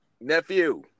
nephew